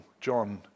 John